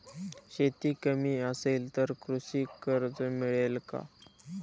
शेती कमी असेल तर कृषी कर्ज मिळेल का?